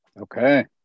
Okay